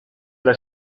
dla